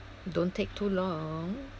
don't take too long